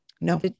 No